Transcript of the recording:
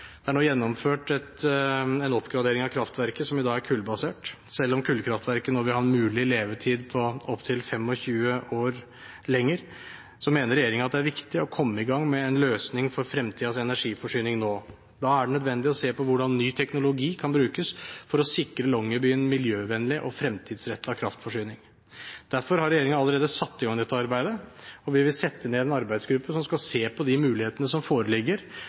dag er kullbasert. Selv om kullkraftverket nå vil ha en mulig levetid på opp til 25 år lenger, mener regjeringen at det er viktig å komme i gang med en løsning for fremtidens energiforsyning nå. Da er det nødvendig å se på hvordan ny teknologi kan brukes for å sikre Longyearbyen en miljøvennlig og fremtidsrettet kraftforsyning. Derfor har regjeringen allerede satt i gang dette arbeidet. Vi vil sette ned en arbeidsgruppe som skal se på de mulighetene som foreligger